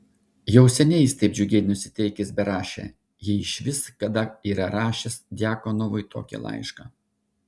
jau seniai jis taip džiugiai nusiteikęs berašė jei išvis kada yra rašęs djakonovui tokį laišką